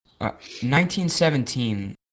1917